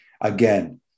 Again